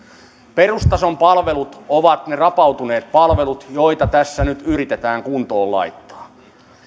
perustason palvelut ovat ne rapautuneet palvelut joita tässä nyt yritetään kuntoon laittaa